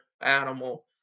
animal